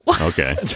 Okay